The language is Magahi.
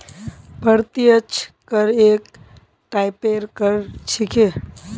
प्रत्यक्ष कर एक टाइपेर कर छिके